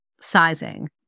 sizing